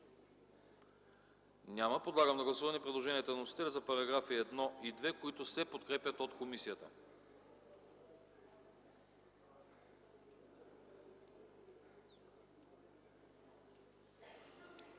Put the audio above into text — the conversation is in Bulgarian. Няма. Подлагам на гласуване предложението на вносителя за параграфи 1 и 2, които се подкрепят от комисията.